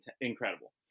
incredible